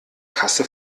kasse